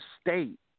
state